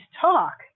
talk